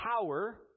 power